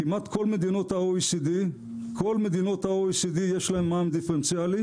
כמעט כל מדינות ה-OECD יש להם מע"מ דיפרנציאלי,